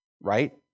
right